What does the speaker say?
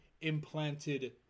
implanted